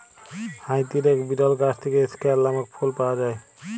হাইতির এক বিরল গাছ থেক্যে স্কেয়ান লামক ফুল পাওয়া যায়